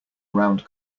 round